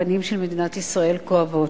והפנים של מדינת ישראל כואבות.